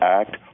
act